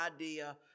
idea